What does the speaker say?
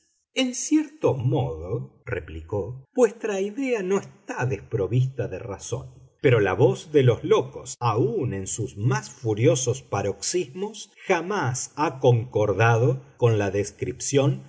en cierto modo replicó vuestra idea no está desprovista de razón pero la voz de los locos aun en sus más furiosos paroxismos jamás ha concordado con la descripción